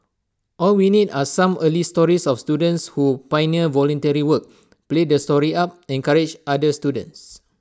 all we need are some early stories of students who pioneer voluntary work play the story up encourage other students